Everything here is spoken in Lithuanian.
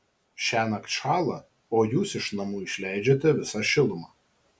šiąnakt šąla o jūs iš namų išleidžiate visą šilumą